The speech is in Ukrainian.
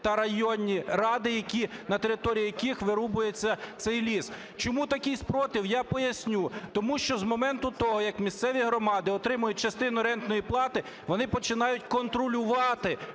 та районні ради, на території яких вирубується цей ліс. Чому такий супротив? Я поясню, тому що з моменту того, як місцеві громади отримують частину рентної плати, вони починають контролювати